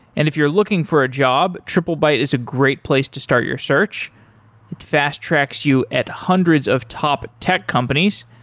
and if you're looking for a job, triplebyte is a great place to start your search. it fast tracks you at hundreds of top tech companies.